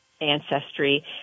ancestry